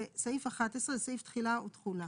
וסעיף 11, זה סעיף תחילה ותחולה.